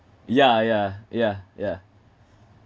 yeah yeah yeah yeah